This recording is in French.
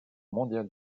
mondiale